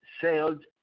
sailed